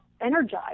energized